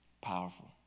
Powerful